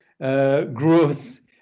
growth